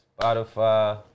Spotify